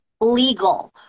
legal